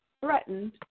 threatened